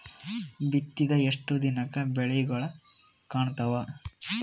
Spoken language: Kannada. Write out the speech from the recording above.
ಬಿತ್ತಿದ ಎಷ್ಟು ದಿನಕ ಬೆಳಿಗೋಳ ಕಾಣತಾವ?